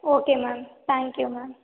okay ma'am thank you ma'am